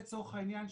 לצורך העניין,